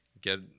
get